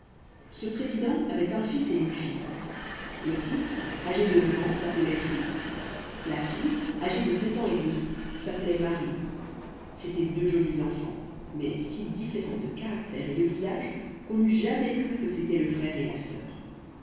ce président avait un fils et une fille le fils âgé de neuf ans s'appelait fritz la fille âgée de sept ans et demi s'appelait marie c'étaient deux jolis enfants mais si différents de caractère et de visage qu'on n'eût jamais cru que c'étaient le frère et la sœur